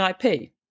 IP